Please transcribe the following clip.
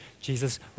Jesus